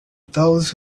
those